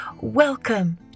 Welcome